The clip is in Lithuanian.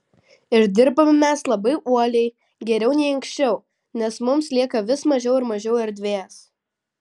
ir dirbame mes labai uoliai geriau nei anksčiau nes mums lieka vis mažiau ir mažiau erdvės